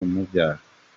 umubyara